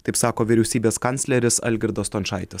taip sako vyriausybės kancleris algirdas stončaitis